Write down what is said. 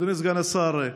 אדוני סגן השר,